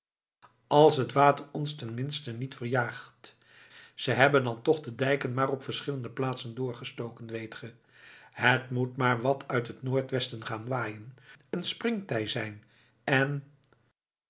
als het water ons ten minste niet verjaagt ze hebben dan toch de dijken maar op verschillende plaatsen doorgestoken weet ge het moet maar wat uit het noordwesten gaan waaien een springtij zijn en